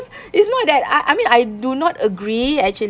it's not that I I mean I do not agree actually